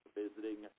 visiting